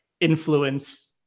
influence